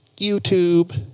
YouTube